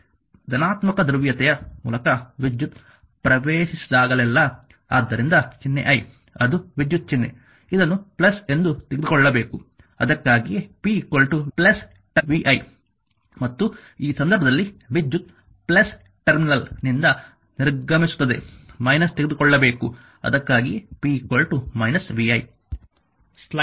ಧನಾತ್ಮಕ ಧ್ರುವೀಯತೆಯ ಮೂಲಕ ವಿದ್ಯುತ್ ಪ್ರವೇಶಿಸಿದಾಗಲೆಲ್ಲಾ ಆದ್ದರಿಂದ ಚಿಹ್ನೆ i ಅದು ವಿದ್ಯುತ್ ಚಿಹ್ನೆ ಇದನ್ನು ಎಂದು ತೆಗೆದುಕೊಳ್ಳಬೇಕು ಅದಕ್ಕಾಗಿಯೇ p vi ಮತ್ತು ಈ ಸಂದರ್ಭದಲ್ಲಿ ವಿದ್ಯುತ್ ಟರ್ಮಿನಲ್ ನಿಂದ ನಿರ್ಗಮಿಸುತ್ತದೆ ತೆಗೆದುಕೊಳ್ಳಬೇಕು